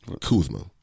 Kuzma